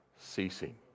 ceasing